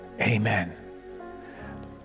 Amen